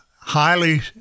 highly